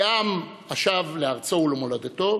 כעם השב לארצו ולמולדתו,